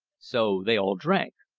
so they all drank.